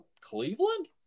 Cleveland